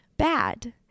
bad